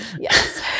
Yes